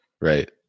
Right